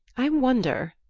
i wonder,